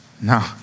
No